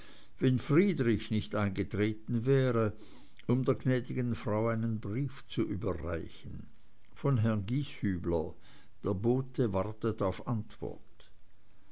wenn friedrich nicht eingetreten wäre um der gnädigen frau einen brief zu übergeben von herrn gieshübler der bote wartet auf antwort